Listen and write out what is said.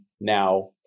now